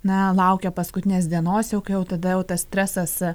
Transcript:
na laukia paskutinės dienos jau kai jau tada jau tas stresas